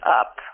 up